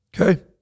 Okay